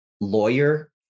lawyer